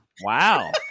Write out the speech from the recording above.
wow